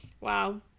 Wow